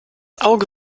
auge